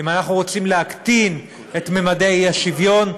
אם אנחנו רוצים להקטין את ממדי האי-שוויון,